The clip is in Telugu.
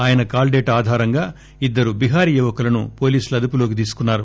ఆయన కాల్గేటా ఆధారంగా ఇద్దరు బీహారీ యువకులను పోలీసులు అదుపులోకి తీసుకున్నారు